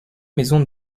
maison